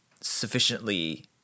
sufficiently